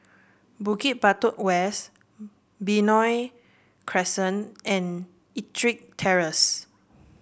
Bukit Batok West Benoi Crescent and EttricK Terrace